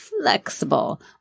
flexible